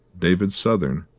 david southern,